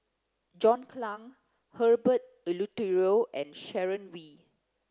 John Clang Herbert Eleuterio and Sharon Wee